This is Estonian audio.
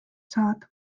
saad